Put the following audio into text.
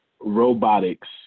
robotics